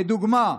כדוגמה,